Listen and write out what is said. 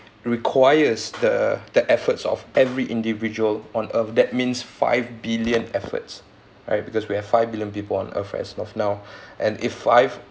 requires the the efforts of every individual on earth that means five billion efforts right because we have five billion people on earth as of now and if five